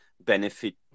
benefit